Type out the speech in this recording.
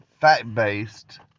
fact-based